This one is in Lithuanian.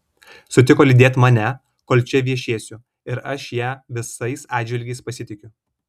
sutiko lydėt mane kol čia viešėsiu ir aš ja visais atžvilgiais pasitikiu